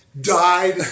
died